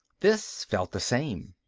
this felt the same.